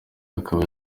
akaba